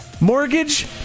Mortgage